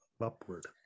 upward